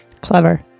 Clever